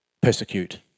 persecute